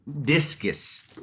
discus